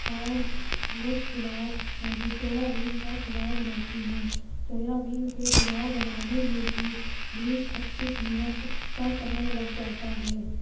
اور ویج پلاؤ یعنی soya bean کا پلاؤ بناتی ہوں سویا بین کے پلاؤ بنانے میں بھی بیس پچیس منٹ کا سمئے لگ جاتا ہے